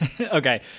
Okay